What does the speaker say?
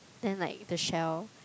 then like the shell